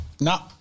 No